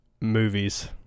Movies